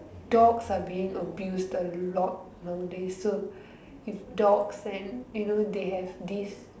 dogs are being abused a lot nowadays so if dogs and you know they have this